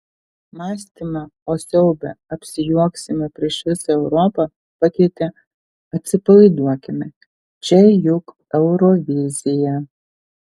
mąstymą o siaube apsijuoksime prieš visą europą pakeitė atsipalaiduokime čia juk eurovizija